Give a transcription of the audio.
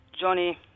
Johnny